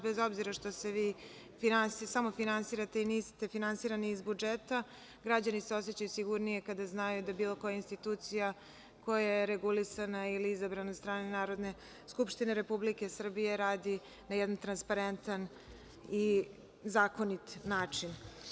Bez obzira što se vi samofinansirate i niste finansirani iz budžeta, građani se osećaju sigurnije kada znaju da bilo koja institucija, koja je regulisana ili izabrana od strane Narodne skupštine Republike Srbije radi na jedan transparentan i zakonit način.